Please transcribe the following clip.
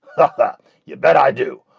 but you bet i do.